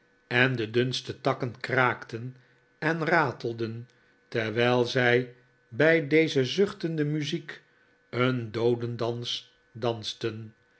en de dunste takken kraakten en ratelden terwijl zij bij deze zuchtende muziek een doodendans dansten